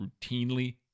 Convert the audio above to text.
routinely